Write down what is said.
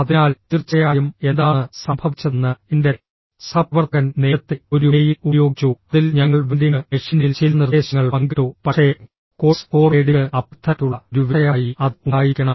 അതിനാൽ തീർച്ചയായും എന്താണ് സംഭവിച്ചതെന്ന് എന്റെ സഹപ്രവർത്തകൻ നേരത്തെ ഒരു മെയിൽ ഉപയോഗിച്ചു അതിൽ ഞങ്ങൾ വെൻഡിംഗ് മെഷീനിൽ ചില നിർദ്ദേശങ്ങൾ പങ്കിട്ടു പക്ഷേ കോഴ്സ് ഫോർവേഡിംഗ് അഭ്യർത്ഥനയ്ക്കുള്ള ഒരു വിഷയമായി അത് ഉണ്ടായിരിക്കണം